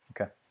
Okay